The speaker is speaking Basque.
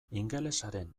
ingelesaren